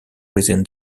within